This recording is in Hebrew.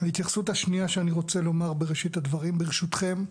ההתייחסות השנייה שאני רוצה לומר בראשית הדברים ברשותכם,